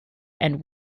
and